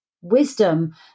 wisdom